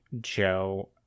joe